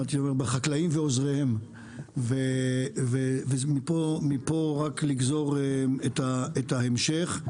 בחקלאים ועוזריהם, ומפה רק לגזור את ההמשך.